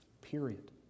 period